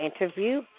interview